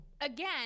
again